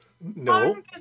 No